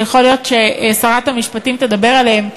שיכול להיות ששרת המשפטים תדבר עליהם,